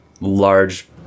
large